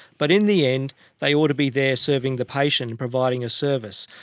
but in the end they ought to be there serving the patient and providing a service.